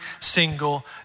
single